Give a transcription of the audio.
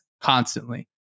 constantly